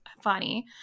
funny